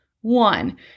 One